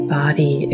body